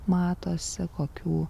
matosi kokių